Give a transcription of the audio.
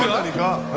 already got